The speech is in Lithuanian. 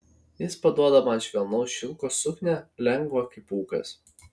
jis paduoda man švelnaus šilko suknią lengvą kaip pūkas